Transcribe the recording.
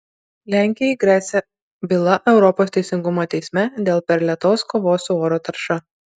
lenkijai gresia byla europos teisingumo teisme dėl per lėtos kovos su oro tarša